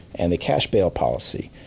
and the cash bail policy,